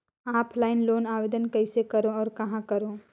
Offline loan आवेदन कइसे करो और कहाँ करो?